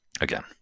Again